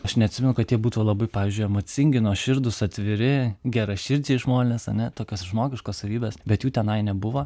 aš neatsimenu kad jie būtų labai pavyzdžiui emocingi nuoširdūs atviri geraširdžiai žmonės ane tokios žmogiškos savybės bet jų tenai nebuvo